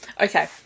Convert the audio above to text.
Okay